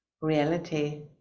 reality